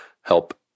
help